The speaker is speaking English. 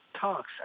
talks